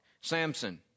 Samson